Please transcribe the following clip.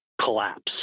collapse